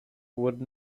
would